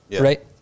right